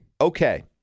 Okay